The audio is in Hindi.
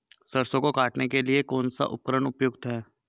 सरसों को काटने के लिये कौन सा उपकरण उपयुक्त है?